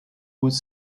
would